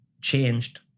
changed